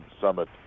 summit